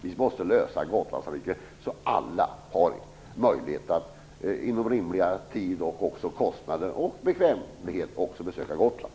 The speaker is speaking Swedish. Vi måste lösa Gotlandstrafiken så att alla har möjlighet att inom rimlig tid, till skälig kostnad och med god bekvämlighet besöka Gotland.